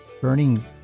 Burning